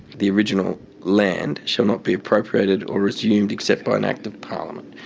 the original land shall not be appropriated or resumed except by an act of parliament.